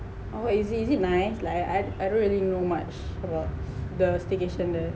oh what is it is it nice like I I don't really know much about the staycation there